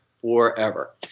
forever